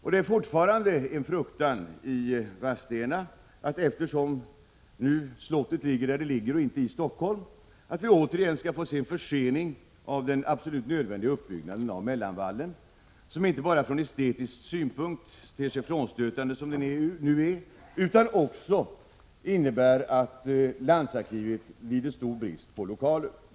I Vadstena fruktar man att det återigen, eftersom slottet ligger där det ligger och inte i Stockholm, skall bli en försening av den absolut nödvändiga utbyggnaden av mellanvallen, som i sitt nuvararande skick inte bara ter sig frånstötande ur estetisk synpunkt utan också innebär att landsarkivet lider stor brist på lokaler.